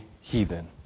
heathen